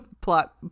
Plot